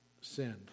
sinned